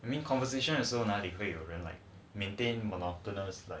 I mean conversation 的时候哪里会有人来 maintain monotonous